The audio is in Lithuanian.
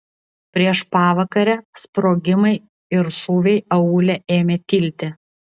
prieš pavakarę sprogimai ir šūviai aūle ėmė tilti